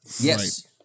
Yes